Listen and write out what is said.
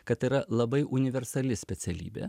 kad tai yra labai universali specialybė